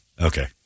Okay